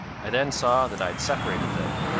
i then saw that i had separated them,